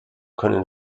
können